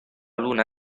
luna